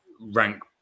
rank